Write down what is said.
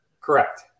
Correct